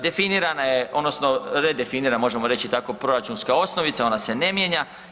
Definirana je odnosno redefinira, možemo reći i tako, proračunska osnovica, ona se ne mijenja.